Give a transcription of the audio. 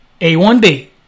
A1B